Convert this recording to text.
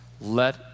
let